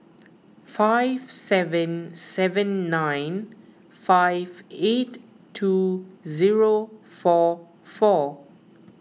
five seven seven nine five eight two zero four four